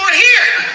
hear